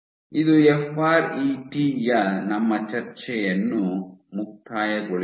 ಇದು F R E T ಯ ನಮ್ಮ ಚರ್ಚೆಯನ್ನು ಮುಕ್ತಾಯಗೊಳಿಸುತ್ತದೆ